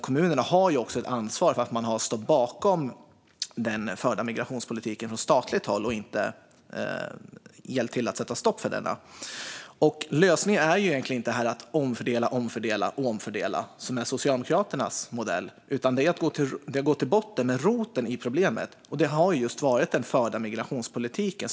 Kommunerna har ju ett ansvar för att de står bakom den förda migrationspolitiken från statligt håll och inte har hjälpt till med att sätta stopp för den. Lösningen är inte att omfördela, omfördela och omfördela, det vill säga Socialdemokraternas modell. Lösningen är att gå till botten med roten i problemet, nämligen den förda migrationspolitiken.